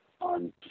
on